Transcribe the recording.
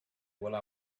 while